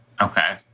okay